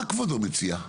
מה כבודו מציע?